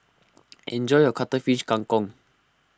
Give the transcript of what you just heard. enjoy your Cuttlefish Kang Kong